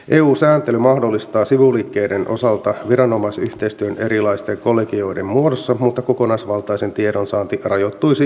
eu sääntely mahdollistaa sivuliikkeiden osalta viranomaisyhteistyön erilaisten kollegioiden muodossa mutta kokonaisvaltainen tiedonsaanti rajoittuisi